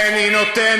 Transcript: כן, היא נותנת.